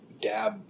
dab